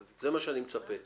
זה מה שאני מצפה.